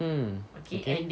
mm okay